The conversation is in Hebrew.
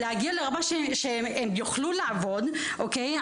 להגיע לרמה שהם יוכלו לעבוד, אוקיי?